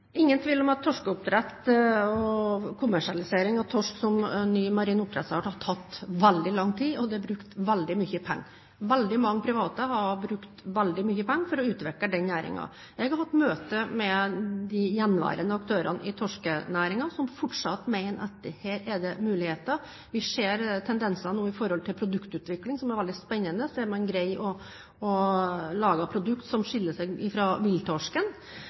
ingen tvil om at torskeoppdrett og kommersialisering av torsk som ny marin oppdrettsart har tatt veldig lang tid, og at det er brukt veldig mye penger. Veldig mange private har brukt veldig mye penger for å utvikle denne næringen. Jeg har hatt møte med de gjenværende aktørene i torskenæringen, som fortsatt mener at her er det muligheter. Vi ser tendenser nå når det gjelder produktutvikling, som er veldig spennende, der man greier å lage produkter som skiller seg fra villtorsken.